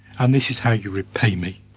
and this is how you repay me.